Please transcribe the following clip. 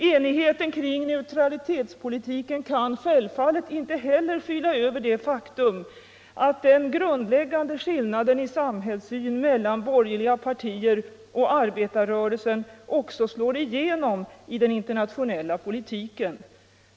Enigheten kring neutralitetspolitiken kan självfallet inte heller skyla över det faktum att den grundläggande skillnaden i samhällssyn mellan borgerliga partier och arbetarrörelsen också slår igenom i den internationella politiken.